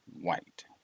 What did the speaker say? white